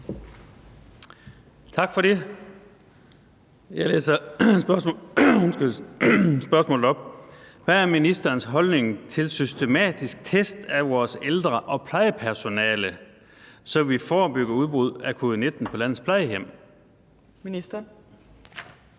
Tak for det. Jeg læser spørgsmålet op: Hvad er ministerens holdning til systematiske test af vores ældre- og plejepersonale, så vi forebygger udbrud af covid-19 på landets plejehjem? Kl.